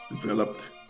developed